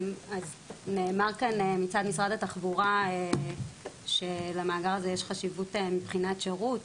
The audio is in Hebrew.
נאמר כאן מצד משרד התחבורה שלמאגר הזה יש חשיבות מבחינת שירות,